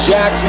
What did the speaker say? Jack